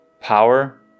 power